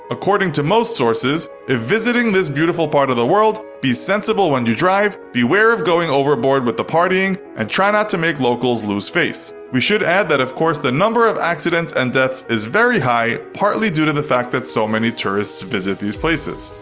according to most sources, if visiting this beautiful part of the world, be sensible when you drive, beware of going overboard with the partying, and try not to make locals lose face. we should add that of course the number of accidents and deaths is very high partly due to the fact that so many tourists visit these places.